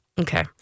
Okay